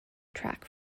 track